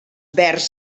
vers